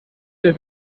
der